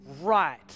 right